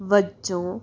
ਵਜੋਂ